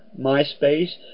MySpace